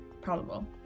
probable